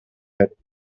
had